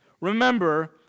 Remember